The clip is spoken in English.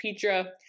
Petra